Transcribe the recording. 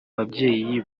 babyeyi